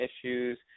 issues